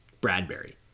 Bradbury